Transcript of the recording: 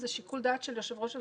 זה שיקול הדעת של יושב ראש הוועדה,